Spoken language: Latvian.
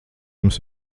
jums